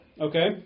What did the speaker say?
okay